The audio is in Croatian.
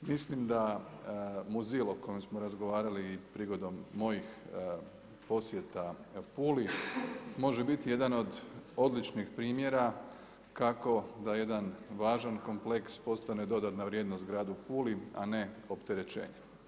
Mislim da Muzil o kojem smo razgovarali i prigodom mojih posjeta Puli može biti jedan od odličnih primjera kako da jedan važan kompleks postane dodatna vrijednost gradu Puli, a ne opterećenje.